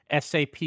SAP